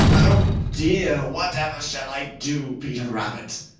oh, dear, whatever shall i do, peter rabbit?